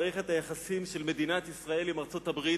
מערכת היחסים של מדינת ישראל עם ארצות-הברית,